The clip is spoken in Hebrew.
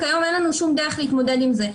כיום אין לנו שום דרך להתמודד עם זה.